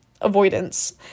avoidance